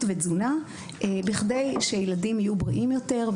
ותזונה בכדי שילדים יהיו בריאים יותר.